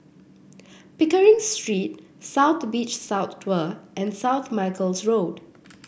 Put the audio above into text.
Pickering Street South Beach South and South Michael's Road